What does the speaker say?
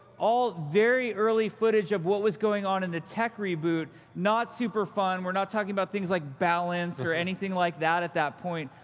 all very early footage of what was going on in the tech reboot. not super fun. we're not talking about things like balance or anything like at that point.